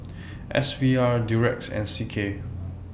S V R Durex and C K